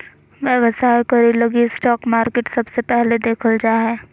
व्यवसाय करे लगी स्टाक मार्केट सबसे पहले देखल जा हय